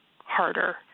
harder